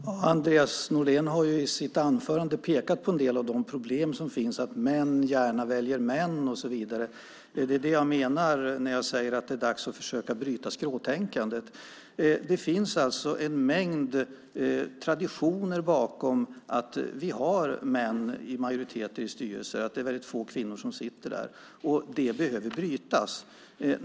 Herr talman! Andreas Norlén har i sitt anförande pekat på en del av de problem som finns, alltså att män gärna väljer män och så vidare. Det är det jag menar när jag säger att det är dags att försöka bryta skråtänkandet. Det finns en mängd traditioner bakom det förhållandet att männen är i majoritet i styrelserna, att väldigt få kvinnor sitter med i dem. De traditionerna behöver brytas.